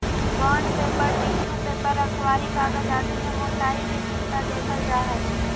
bond paper, tissue paper, अखबारी कागज आदि में मोटाई के भिन्नता देखल जा हई